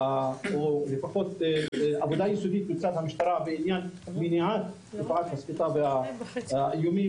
לפחות עבודה יסודית מצד המשטרה בענין מניעת תופעת הסחיטה באיומים,